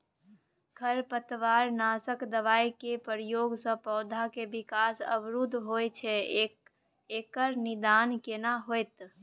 खरपतवार नासक दबाय के प्रयोग स पौधा के विकास अवरुध होय छैय एकर निदान केना होतय?